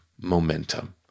momentum